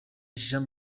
jean